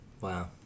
Wow